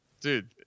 dude